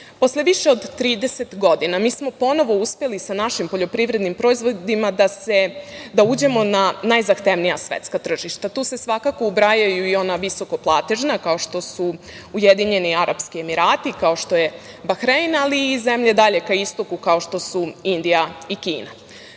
svet. Posle više od 30 godina mi smo ponovo uspeli sa našim poljoprivrednim proizvodima da uđemo na najzahtevnija svetska tržišta. Tu se svakako ubrajaju i ona visokoplatežna, kao što su Ujedinjeni Arapski Emirati, kao što je Bahrein, ali i zemlje dalje da istoku, kao što su Indija i